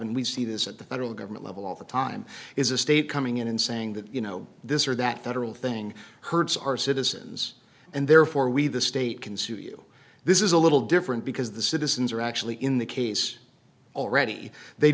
and we see this at the federal government level all the time is a state coming in and saying that you know this or that federal thing hurts our citizens and therefore we the state can sue you this is a little different because the citizens are actually in the case already they